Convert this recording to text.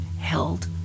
held